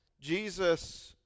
Jesus